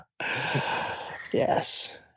Yes